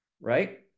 right